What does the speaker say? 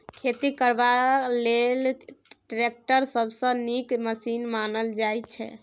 खेती करबा लेल टैक्टर सबसँ नीक मशीन मानल जाइ छै